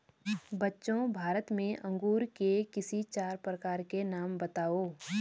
बच्चों भारत में अंगूर के किसी चार प्रकार के नाम बताओ?